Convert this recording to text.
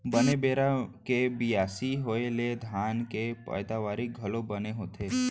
बने बेरा के बियासी होय ले धान के पैदावारी घलौ बने होथे